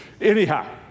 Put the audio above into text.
Anyhow